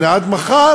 יענו עד מחר,